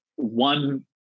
one